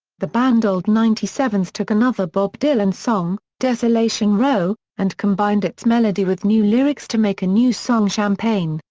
the band old ninety seven s took another bob dylan song, desolation row, and combined its melody with new lyrics to make a new song champaign,